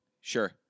Sure